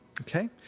Okay